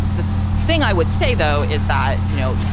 the thing i would say, though, is that, you know,